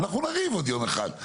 אנחנו נריב עוד יום אחד,